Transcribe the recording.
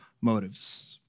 motives